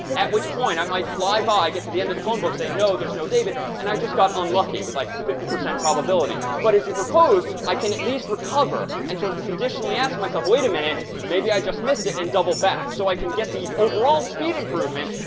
at which point i might fly by, get to the end of the phone book, say, no, there's no david, and i just got unlucky with like um fifty percent probability. but as you propose, i can at least recover and sort of conditionally ask myself, wait a minute, maybe i just missed it, and double back. so i can get the overall speed improvement,